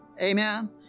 Amen